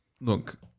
look